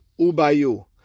Ubayu